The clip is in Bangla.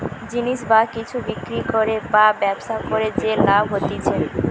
জিনিস বা কিছু বিক্রি করে বা ব্যবসা করে যে লাভ হতিছে